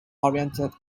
oriented